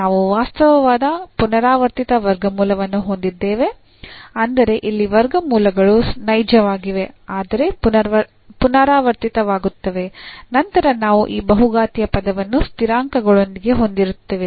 ನಾವು ವಾಸ್ತವವಾದ ಪುನರಾವರ್ತಿತ ವರ್ಗಮೂಲವನ್ನು ಹೊಂದಿದ್ದೇವೆ ಅಂದರೆ ಇಲ್ಲಿ ವರ್ಗಮೂಲಗಳು ನೈಜವಾಗಿವೆ ಆದರೆ ಪುನರಾವರ್ತಿತವಾಗುತ್ತವೆ ನಂತರ ನಾವು ಈ ಬಹುಘಾತೀಯ ಪದವನ್ನು ಸ್ಥಿರಾಂಕಗಳೊಂದಿಗೆ ಹೊಂದಿರುತ್ತೇವೆ